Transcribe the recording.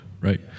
right